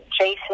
Jason